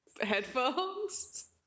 headphones